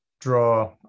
draw